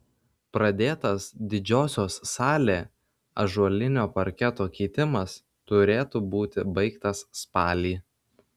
pradėtas didžiosios salė ąžuolinio parketo keitimas turėtų būti baigtas spalį